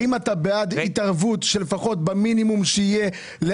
האם אתה בעד התערבות לפחות שיהיה במינימום על